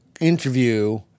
interview